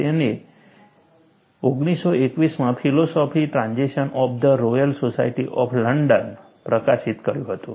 તેમણે તેને 1921 માં philosophical transactions of the royal society of London પ્રકાશિત કર્યું હતું